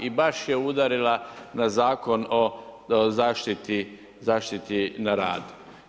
I baš je udarila na Zakon o zaštiti na radu.